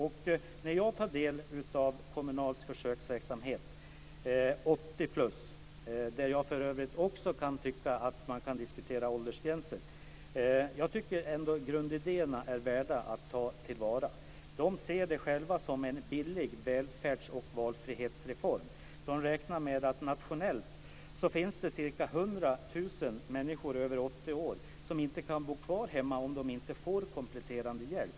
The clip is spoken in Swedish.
Jag finner att grundidéerna i Kommunals försöksverksamhet 80+, där jag för övrigt tycker att man också kan diskutera åldersgränser, är värda att ta till vara. Man ser det själv som en billig välfärds och valfrihetsreform. Man räknar med att det i landet finns ca 100 000 människor över 80 år som inte kan bo kvar hemma, om de inte får kompletterande hjälp.